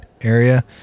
area